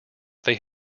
they